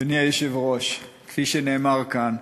אדוני היושב-ראש, כפי שנאמר כאן,